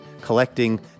collecting